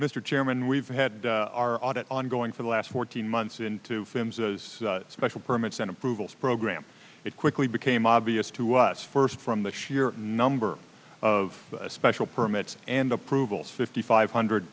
chairman we've had our audit ongoing for the last fourteen months into films those special permits and approvals program it quickly became obvious to us first from the sheer number of special permits and approvals fifty five hundred